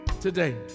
today